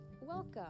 Welcome